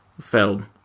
film